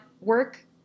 work